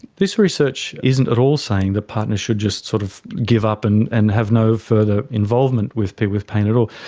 this research isn't at all saying that partners should just sort of give up and and have no further involvement with people with pain at all.